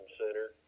center